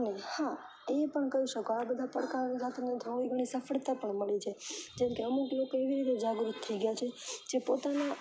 અને હા તે પણ કહી શકો આવા બધા પડકારોથી થોડી ઘણી સફળતા પણ મળી જાય જેમકે અમુક લોકો એવી રીતે જાગૃત થઈ ગયા છે જે પોતાના